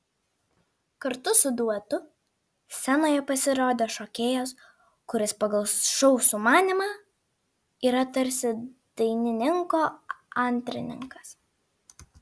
kartu su duetu scenoje pasirodė šokėjas kuris pagal šou sumanymą yra tarsi dainininko antrininkas